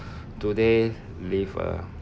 do they live a